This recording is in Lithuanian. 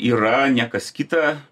yra ne kas kita